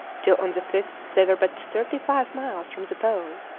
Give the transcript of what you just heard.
till on the fifth they were but thirty-five miles from the pole.